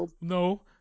No